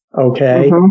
Okay